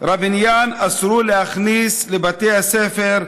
רביניאן אסרו להכניס לבתי הספר,